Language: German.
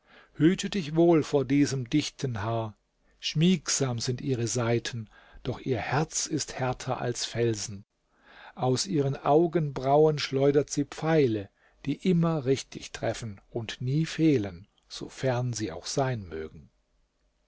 hüte dich wohl vor diesem dichten haar schmiegsam sind ihre seiten doch ihr herz ist härter als felsen aus ihren augenbrauen schleudert sie pfeile die immer richtig treffen und nie fehlen so fern sie auch sein mögen